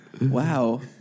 Wow